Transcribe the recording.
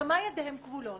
במה ידיהם כבולות